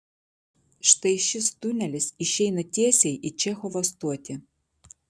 štai šis tunelis išeina tiesiai į čechovo stotį